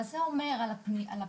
מה זה אומר על הפניות?